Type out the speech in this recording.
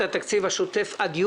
וגם את התקציב השוטף.